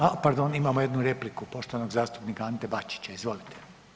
A pardon, imamo jednu repliku poštovanog zastupnika Ante Bačića, izvolite.